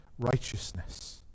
righteousness